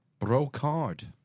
Brocard